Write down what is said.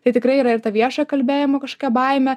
tai tikrai yra ir ta viešojo kalbėjimo kažkokia baimė